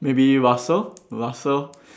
maybe Russell Russell